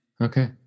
okay